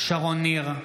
שרון ניר,